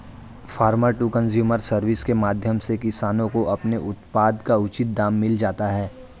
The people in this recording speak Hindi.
फार्मर टू कंज्यूमर सर्विस के माध्यम से किसानों को अपने उत्पाद का उचित दाम मिल जाता है